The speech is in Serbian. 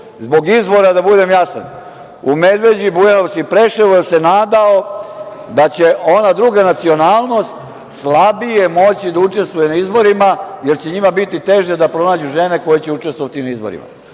zbog izbora da budem jasan, u Medveđi, Bujanovcu i Preševu, jer se nadao da će ona druga nacionalnost slabije moći da učestvuje na izborima, jer će njima biti teže da pronađu žene koje će učestvovati na izborima.